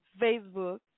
Facebook